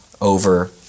over